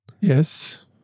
Yes